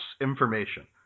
information